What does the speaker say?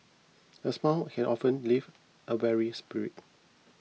a smile can often lift up a weary spirit